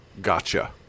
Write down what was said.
gotcha